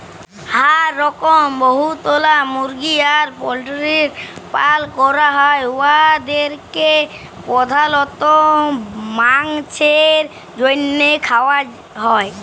হাঁ রকম বহুতলা মুরগি আর পল্টিরির পালল ক্যরা হ্যয় উয়াদেরকে পর্ধালত মাংছের জ্যনহে খাউয়া হ্যয়